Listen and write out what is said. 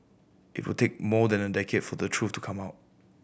it would take more than a decade for the truth to come out